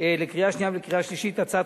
לקריאה שנייה ולקריאה שלישית את הצעת